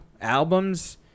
albums